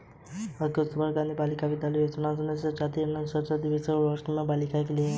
कस्तूरबा गांधी बालिका विद्यालय योजना अनुसूचित जाति, जनजाति व पिछड़े वर्ग की बालिकाओं के लिए है